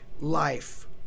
life